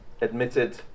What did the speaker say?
admitted